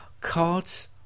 cards